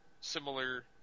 similar